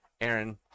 Aaron